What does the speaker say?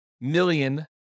million